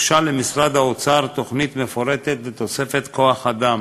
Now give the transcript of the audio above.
הוגשה למשרד האוצר תוכנית מפורטת לתוספת כוח-אדם,